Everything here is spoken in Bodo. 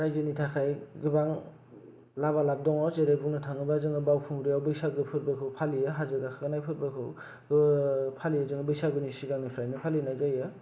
रायजोनि थाखाय गोबां लाबालाब दङ जेरै बुंनो थाङोब्ला जोङो बावखुंग्रियाव बैसागो फोरबोखौ फालियो हाजो गाखोनाय फोरबोखौ बैसागोनि सिगांनिफ्रायनो फालिनाय जायो